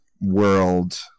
world